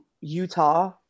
utah